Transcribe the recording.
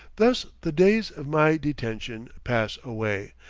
thus the days of my detention pass away,